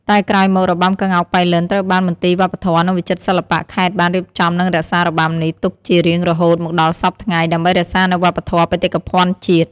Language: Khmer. តែក្រោយមករបាំក្ងោកប៉ៃលិន ត្រូវបានមន្ទីរវប្បធម៌ និងវិចិត្រសិល្បៈខេត្តបានរៀបចំនិងរក្សារបាំនេះទុកជារៀងរហូតមកដល់សព្វថ្ងៃ ដើម្បីរក្សានូវវប្បធម៌បេតិកភណ្ឌជាតិ។